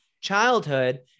childhood